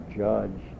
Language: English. judge